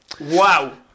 Wow